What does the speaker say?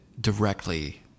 directly